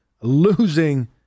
losing